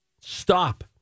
stop